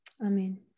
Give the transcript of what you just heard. Amen